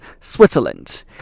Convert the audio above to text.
Switzerland